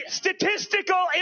statistical